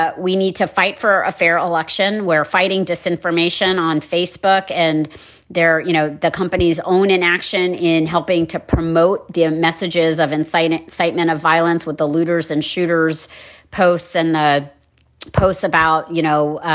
but we need to fight for a fair election where fighting disinformation on facebook and there, you know, the company's own inaction in helping to promote the messages of inciting incitement of violence with the looters and shooters posts and the posts about, you know,